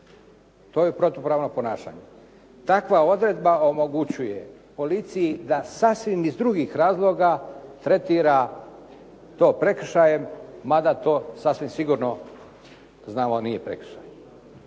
To je protupravno ponašanje. Takva odredba omogućuje policiji da sasvim iz drugih razloga tretira to prekršajem, mada to sasvim sigurno znamo nije prekršaj.